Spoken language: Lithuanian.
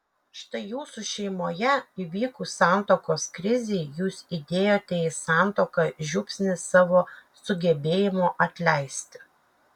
štai jūsų šeimoje įvykus santuokos krizei jūs įdėjote į santuoką žiupsnį savo sugebėjimo atleisti